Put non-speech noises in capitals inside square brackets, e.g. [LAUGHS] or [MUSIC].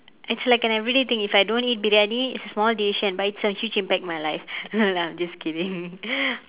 it's like an everyday thing if I don't eat briyani it's a small decision but it's a huge impact on my life no lah I'm just kidding [LAUGHS]